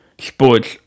sports